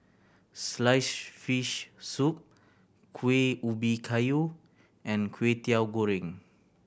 sliced fish soup Kuih Ubi Kayu and Kwetiau Goreng